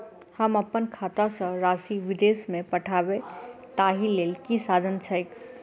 हम अप्पन खाता सँ राशि विदेश मे पठवै ताहि लेल की साधन छैक?